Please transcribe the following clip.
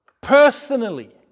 personally